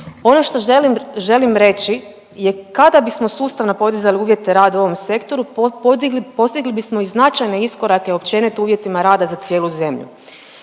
Ono što želim reći je kada bismo sustavno podizali uvjete rada u ovom sektoru, postigli bismo i značajne iskorake općenito uvjetima rada za cijelu zemlju.